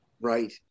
Right